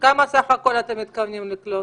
כמה סך הכול אתם מתכוונים לקלוט?